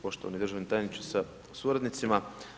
Poštovani državni tajniče sa suradnicima.